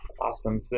Awesome